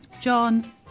John